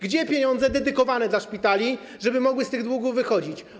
Gdzie pieniądze dedykowane, przeznaczone dla szpitali, żeby mogły z tych długów wychodzić?